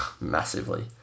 massively